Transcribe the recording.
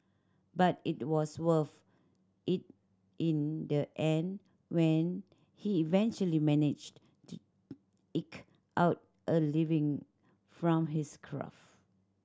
but it was worth it in the end when he eventually managed to eke out a living from his craft